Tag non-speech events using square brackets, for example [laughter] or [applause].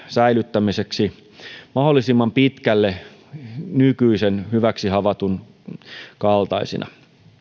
[unintelligible] säilyttämiseksi mahdollisimman pitkälle nykyisen hyväksi havaitun kaltaisina